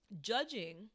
Judging